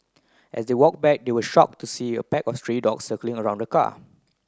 as they walk back they were shock to see a pack of stray dogs circling around the car